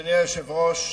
אדוני היושב-ראש,